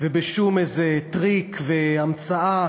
ובשום טריק והמצאה,